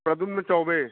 Pradyumna Choubey